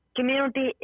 Community